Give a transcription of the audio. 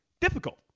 difficult